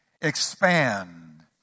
expand